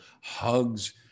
hugs